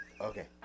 Okay